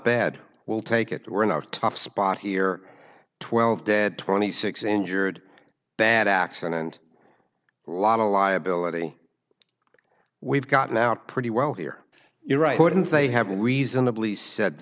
bad we'll take it we're in our tough spot here twelve dead twenty six injured bad accident a lot of liability we've gotten out pretty well here you're right wouldn't they have been reasonably said